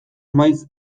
maiz